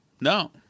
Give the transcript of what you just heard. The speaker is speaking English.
No